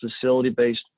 facility-based